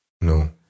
No